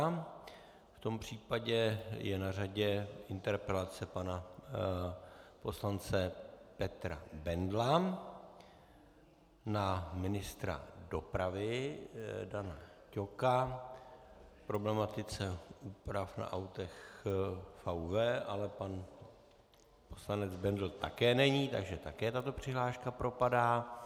V tom případě je na řadě interpelace pana poslance Petra Bendla ministra dopravy Dana Ťoka k problematice úprav na autech VW, ale pan poslanec Bendl také není, takže také tato přihláška propadá.